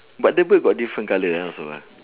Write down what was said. but the bird got different colour your one also [what]